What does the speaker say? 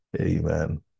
Amen